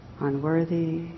unworthy